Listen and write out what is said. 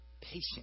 patient